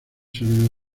suelen